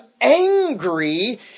angry